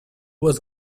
was